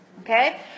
okay